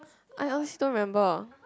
I honestly don't remember